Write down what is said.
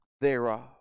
thereof